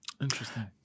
Interesting